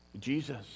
Jesus